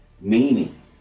Meaning